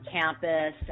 campus